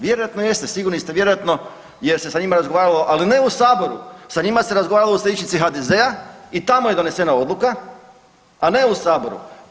Vjerojatno jeste sigurni ste vjerojatno jer se sa njima razgovaralo ali ne u saboru, sa njima se razgovaralo u središnjici HDZ-a i tamo je donesena odluka, a ne u saboru.